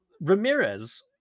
Ramirez